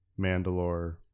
Mandalore